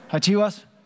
Chivas